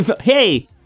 hey